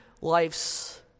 life's